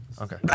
Okay